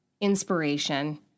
inspiration